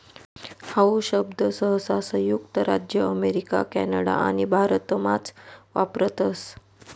how शब्द सहसा संयुक्त राज्य अमेरिका कॅनडा आणि भारतमाच वापरतस